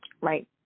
Right